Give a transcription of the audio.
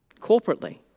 Corporately